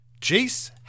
Jace